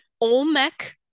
Olmec